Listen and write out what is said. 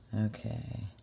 Okay